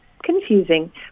Confusing